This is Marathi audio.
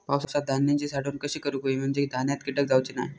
पावसात धान्यांची साठवण कशी करूक होई म्हंजे धान्यात कीटक जाउचे नाय?